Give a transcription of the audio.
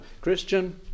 Christian